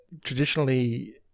Traditionally